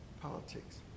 politics